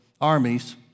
armies